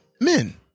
men